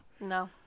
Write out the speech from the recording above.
no